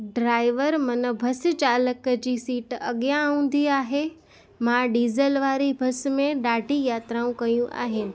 driver माना bus चालक जी सीट अॻियां हूंदी आहे मां डीज़ल वारी बस में ॾाढी यात्राऊं कयूं आहिनि